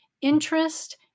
interest